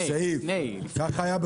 אפשר על